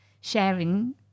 sharing